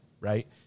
right